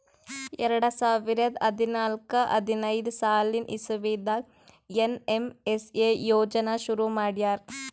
ಎರಡ ಸಾವಿರದ್ ಹದ್ನಾಲ್ಕ್ ಹದಿನೈದ್ ಸಾಲಿನ್ ಇಸವಿದಾಗ್ ಏನ್.ಎಮ್.ಎಸ್.ಎ ಯೋಜನಾ ಶುರು ಮಾಡ್ಯಾರ್